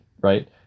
right